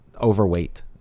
overweight